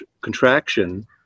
contraction